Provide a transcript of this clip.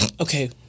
Okay